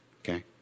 Okay